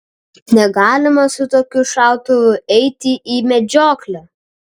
negalima su tokiu šautuvu eiti į medžioklę